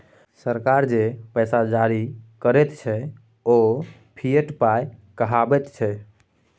सरकार जे पैसा जारी करैत छै ओ फिएट पाय कहाबैत छै